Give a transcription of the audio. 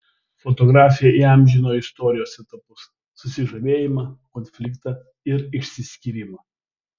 fotografė įamžino istorijos etapus susižavėjimą konfliktą ir išsiskyrimą